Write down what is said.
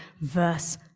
verse